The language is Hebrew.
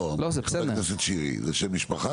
חבר הכנסת שירי זה שם משפחה,